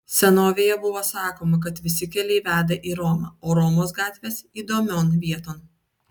senovėje buvo sakoma kad visi keliai veda į romą o romos gatvės įdomion vieton